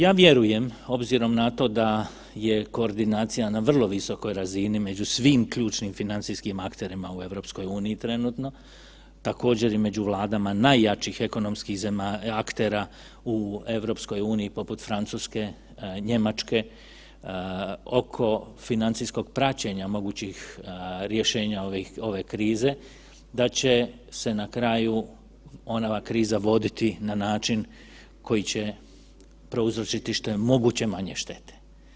Ja vjerujem obzirom na to obzirom na to da je koordinacija na vrlo visokoj razini među svim ključnim financijskim akterima u EU trenutno, također i među vladama najjačih ekonomskih aktera u EU poput Francuske, Njemačke oko financijskih praćenja mogućih rješenja ove krize da će se na kraju … kriza voditi na način koji će prouzročiti što je moguće manje štete.